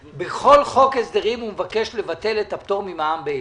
מבקש לבטל את הפטור ממע"מ באילת.